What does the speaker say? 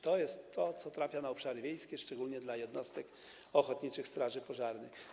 To jest to, co trafia na obszary wiejskie, szczególnie do jednostek ochotniczych straży pożarnych.